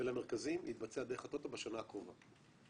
ולמרכזים יתבצע דרך הטוטו בשנה הקרובה.